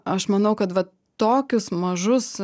aš manau kad tokius mažus